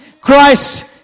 Christ